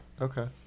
Okay